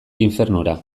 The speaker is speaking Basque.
infernura